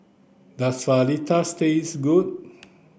does Fajitas taste good